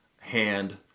hand